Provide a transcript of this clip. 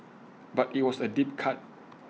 but IT was A deep cut